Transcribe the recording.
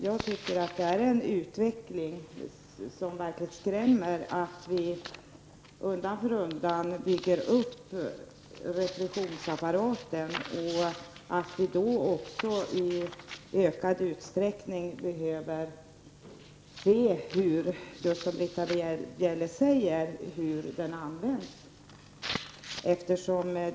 Jag tycker att det är en verkligt skrämmande utveckling att vi undan för undan bygger upp repressionsapparaten och att vi då också i ökad utsträckning behöver se hur den används, som Britta Bjelle säger.